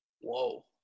Whoa